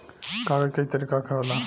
कागज कई तरीका के होला